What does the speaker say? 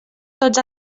tots